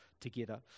together